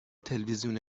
تلویزیون